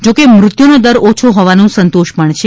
જોકે મૃત્યુનો દર ઓછો હોવાનો સંતોષ છે